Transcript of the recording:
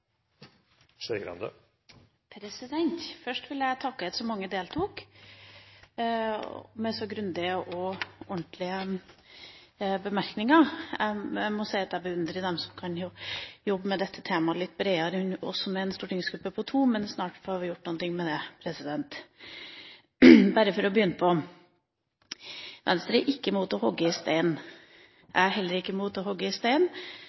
våre. Først vil jeg takke for at så mange deltok med så grundige og ordentlige bemerkninger. Jeg må si at jeg beundrer dem som kan jobbe med dette temaet litt bredere enn oss som er en stortingsgruppe på to. Men snart får vi gjort noe med det! Jeg vil begynne med å si at Venstre ikke er mot å hogge i stein. Jeg er heller ikke mot å hogge i stein